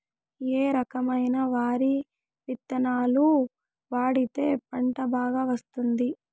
ఏ రకమైన వరి విత్తనాలు వాడితే పంట బాగా వస్తుంది?